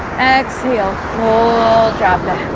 exhale full drop that